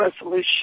Resolution